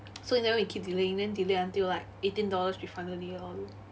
so we in the end we keep delaying then delay until like eighteen dollars refund only lol